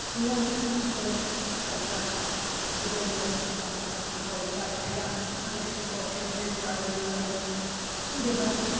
ᱨᱮᱭᱟᱲ ᱥᱤᱛᱩᱝ ᱠᱚᱨᱮ ᱚᱠᱟᱞᱮᱠᱟ ᱥᱤᱡᱤᱱ ᱦᱤᱥᱟᱹᱵ ᱚᱠᱟᱞᱮᱠᱟ ᱯᱚᱞᱴᱤ ᱠᱚ ᱡᱚᱜᱟᱣ ᱡᱚᱛᱚᱱ ᱦᱩᱭᱩᱜᱼᱟ ᱚᱱᱟ ᱠᱚ ᱡᱚᱛᱚ ᱠᱚ ᱪᱮᱫ ᱟᱹᱫᱤᱧᱟ ᱟᱨ ᱤᱧ ᱦᱚᱸ ᱚᱱᱠᱟᱜᱤᱧ ᱵᱮᱣᱦᱟᱨ ᱠᱮᱜᱼᱟ